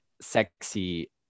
sexy